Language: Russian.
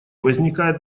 возникает